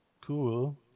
Cool